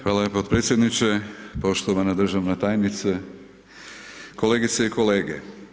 Hvala vam podpredsjedniče, poštovana državna tajnice, kolegice i kolege.